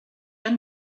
han